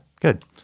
good